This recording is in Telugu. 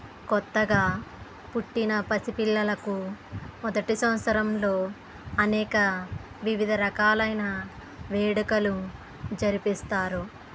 కొత్తగా పుట్టిన పసిపిల్లలకు మొదటి సంవత్సరంలో అనేక వివిధ రకాలైన వేడుకలు జరిపిస్తారు